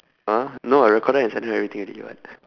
!huh! no I recorded and sent her everything already [what]